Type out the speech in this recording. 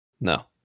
No